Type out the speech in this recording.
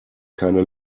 keine